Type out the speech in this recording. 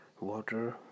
Water